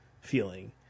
feeling